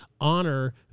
honor